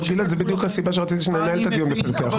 אבל זאת בדיוק הסיבה שרציתי שננהל את הדיון בפרטי החוק.